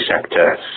sector